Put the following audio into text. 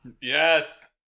Yes